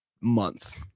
month